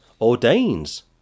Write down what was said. ordains